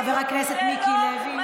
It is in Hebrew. חבר הכנסת מיקי לוי.